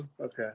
Okay